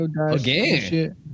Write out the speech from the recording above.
again